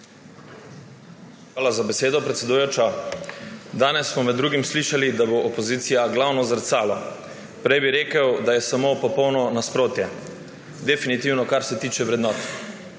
Hvala za besedo, predsedujoča. Danes smo med drugim slišali, da bo opozicija glavno zrcalo. Prej bi rekel, da je samo popolno nasprotje, definitivno, kar se tiče vrednot.